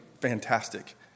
fantastic